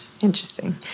interesting